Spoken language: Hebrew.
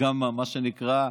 מה שנקרא,